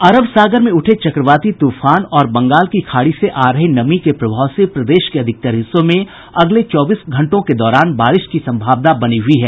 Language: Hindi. अरब सागर में उठे चक्रवाती तूफान और बंगाल की खाड़ी से आ रही नमी के प्रभाव से प्रदेश के अधिकतर हिस्सों में अगले चौबीस घंटों के दौरान बारिश की संभावना बनी हुयी है